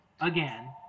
again